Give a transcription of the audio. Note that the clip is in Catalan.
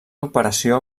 operació